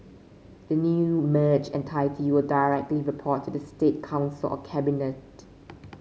the new merged entity will directly report to the State Council or cabinet